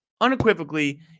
unequivocally